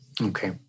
Okay